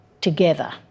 together